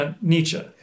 Nietzsche